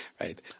Right